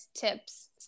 tips